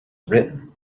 written